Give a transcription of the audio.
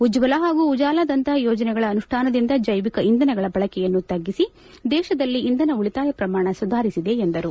ಉಜ್ವಲ ಹಾಗೂ ಉಜಾಲದಂತಪ ಯೋಜನೆಗಳ ಅನುಷ್ಠಾನದಿಂದ ಜೈವಿಕ ಇಂಧನಗಳ ಬಳಕೆಯನ್ನು ತ್ಗಿಸಿ ದೇಶದಲ್ಲಿ ಇಂಧನ ಉಳಿತಾಯ ಪ್ರಮಾಣ ಸುಧಾರಿಸಿದೆ ಎಂದರು